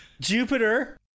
Jupiter